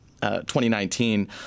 2019